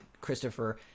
Christopher